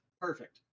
Perfect